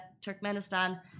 Turkmenistan